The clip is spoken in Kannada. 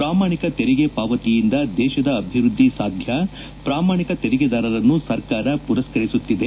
ಪ್ರಾಮಾಣಿಕ ತೆರಿಗೆ ಪಾವತಿಯಿಂದ ದೇತದ ಅಭಿವೃದ್ದಿ ಸಾಧ್ಯ ಪ್ರಾಮಾಣಿಕ ತೆರಿಗೆದಾರರನ್ನು ಸರ್ಕಾರ ಪುರಸ್ತರಿಸುತ್ತಿದೆ